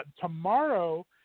Tomorrow